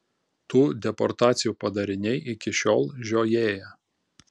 tų deportacijų padariniai iki šiol žiojėja